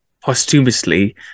posthumously